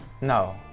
No